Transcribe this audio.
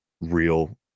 real